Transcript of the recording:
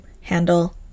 handle